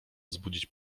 wzbudzić